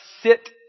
sit